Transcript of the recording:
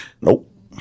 nope